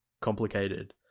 complicated